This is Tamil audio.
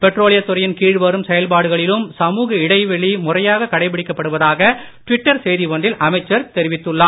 பெட்ரோலியத் துறையின் கீழ் வரும் செயல்பாடுகளிலும் சமுக இடைவெளி முறையாக கடைபிடிக்கப்படுவதாக டுவிட்டர் செய்தி ஒன்றில் அமைச்சர் தெரிவித்துள்ளார்